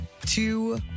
two